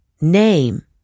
name